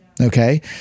okay